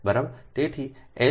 તેથી L 0